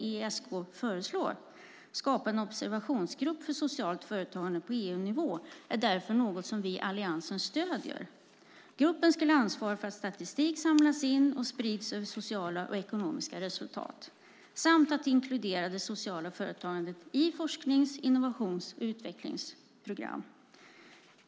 EESK föreslår att man ska skapa en observationsgrupp för socialt företagande på EU-nivå, och det är något som vi i Alliansen stöder. Gruppen ska ansvara för att statistik över sociala och ekonomiska resultat samlas in och sprids samt inkludera det sociala företagandet i forsknings-, innovations och utvecklingsprogram.